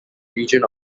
region